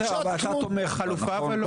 ואתה תומך חלופה --- לא,